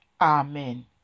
Amen